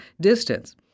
distance